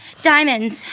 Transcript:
Diamonds